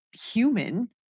human